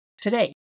today